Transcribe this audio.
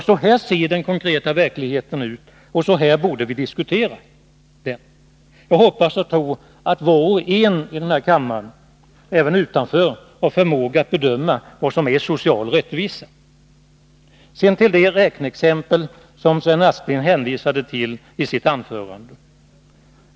Så ser den konkreta verkligheten ut, och så borde vi diskutera den. Jag hoppas och tror att var och en här i kammaren — och även utanför den — har förmåga att bedöma vad som är social rättvisa. Sedan till det räkneexempel som Sven Aspling hänvisade till i sitt anförande.